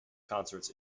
concerts